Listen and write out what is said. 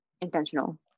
intentional